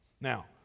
Now